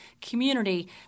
community